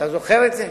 אתה זוכר את זה?